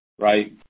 Right